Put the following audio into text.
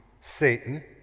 Satan